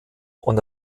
und